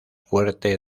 fuerte